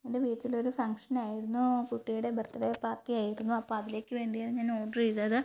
എൻ്റെ വീട്ടിലൊരു ഫംഗ്ഷനായിരുന്നു കുട്ടിയുടെ ബെർത്ത് ഡേ പാർട്ടിയായിരുന്നു അപ്പോഴതിലേക്ക് വേണ്ടിയായിരുന്നു ഞാൻ ഓഡ്റെയ്തത്